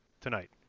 tonight